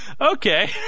Okay